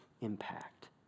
impact